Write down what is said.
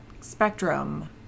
spectrum